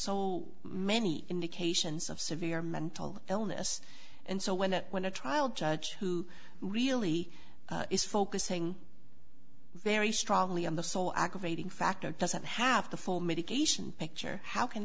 so many indications of severe mental illness and so when it went to trial judge who really is focusing very strongly on the sole aggravating factor doesn't have the full mitigation picture how can